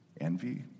envy